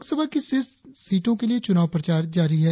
लोकसभा की शेष सीटों के लिए चुनाव प्रचार जारी है